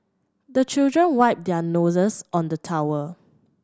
the children wipe their noses on the towel